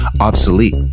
obsolete